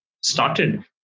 started